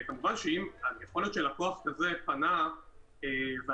יכול להיות שלקוח כזה פנה ועדיין,